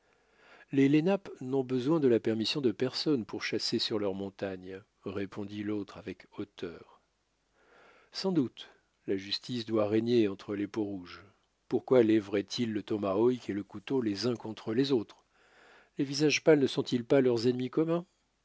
les montagnes les lenapes n'ont besoin de la permission de personne pour chasser sur leurs montagnes répondit l'autre avec hauteur sans doute la justice doit régner entre les peauxrouges pourquoi lèveraient ils le tomahawk et le couteau les uns contre les autres les visages pâles ne sont-ils pas leurs ennemis communs